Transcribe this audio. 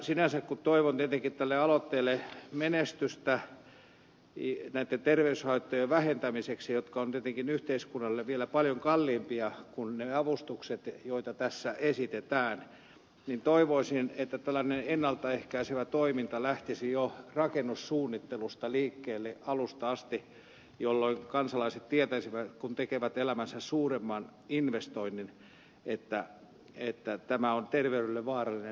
sinänsä toivon tietenkin tälle aloitteelle menestystä näitten terveyshaittojen vähentämiseksi jotka on tietenkin yhteiskunnalle vielä paljon kalliimpia kuin ne avustukset joita tässä esitetään mutta toivoisin että tällainen ennalta ehkäisevä toiminta lähtisi jo rakennussuunnittelusta liikkeelle alusta asti jolloin kansalaiset tietäisivät kun tekevät elämänsä suurimman investoinnin että tämä on terveydelle vaarallinen rakennuspaikka